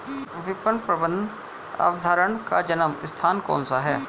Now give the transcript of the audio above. विपणन प्रबंध अवधारणा का जन्म स्थान कौन सा है?